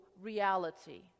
reality